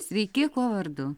sveiki kuo vardu